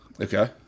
Okay